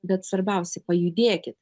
bet svarbiausia pajudėkit